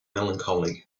melancholy